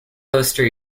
poster